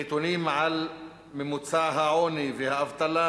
הנתונים על ממוצע העוני והאבטלה,